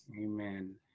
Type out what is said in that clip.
Amen